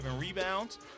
rebounds